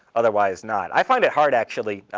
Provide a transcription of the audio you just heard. otherwise not. i find it hard, actually,